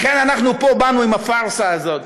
לכן אנחנו באנו לפה עם הפארסה הזאת